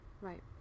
Right